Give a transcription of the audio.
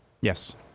Yes